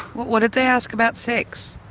what did they ask about sex?